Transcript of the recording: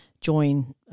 join